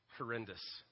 Horrendous